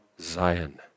Zion